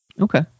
Okay